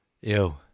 Ew